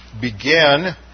begin